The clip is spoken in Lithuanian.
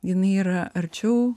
jinai yra arčiau